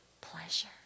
pleasure